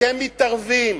אתם מתערבים,